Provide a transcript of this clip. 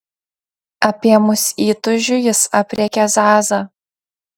apėmus įtūžiui jis aprėkė zazą